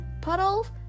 Puddles